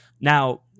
now